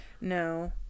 No